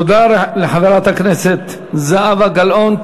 תודה לחברת הכנסת זהבה גלאון.